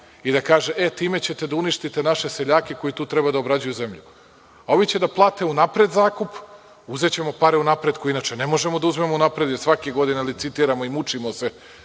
i da kaže – e, time ćete da uništite naše seljake koji tu treba da obrađuju zemlju. Ovi će da plate unapred zakup, uzećemo pare unapred koje inače ne možemo da uzmemo unapred, jer svake godine licitiramo i mučimo se